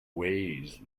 ways